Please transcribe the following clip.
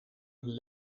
een